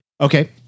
Okay